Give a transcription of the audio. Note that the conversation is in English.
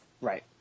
Right